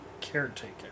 caretaker